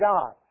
God